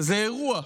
זה אירוע.